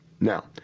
Now